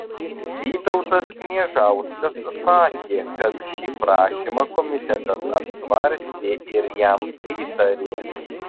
vytautas kniežauskas sakė kad šį prašymą komitetas apsvarstė ir jam pritarė